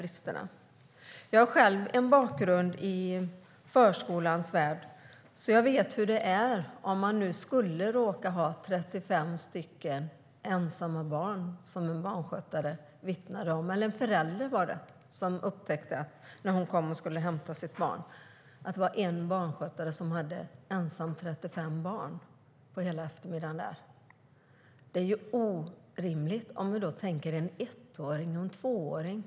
Jag har själv en bakgrund i förskolans värld. Jag vet hur det är om man som ensam barnskötare skulle råka ha 35 barn. Detta vittnade en förälder om. När hon kom och skulle hämta sitt barn hade en ensam barnskötare hand om 35 barn under hela eftermiddagen. Detta är orimligt för en ettåring eller tvååring.